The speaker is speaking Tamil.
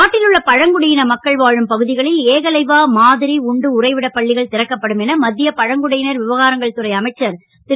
நாட்டில் உள்ள பழங்குடியின மக்கள் வாழும் பகுதிகளில் ஏகலைவா மாதிரி உண்டு உறைவிட பள்ளிகள் திறக்கப்படும் என மத்திய பழங்குடியினர் விவகாரங்கள் துறை அமைச்சர் திரு